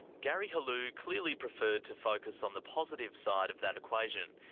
gary helou clearly preferred to focus on the positive side of that equation,